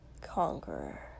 Conqueror